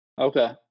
Okay